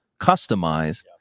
customized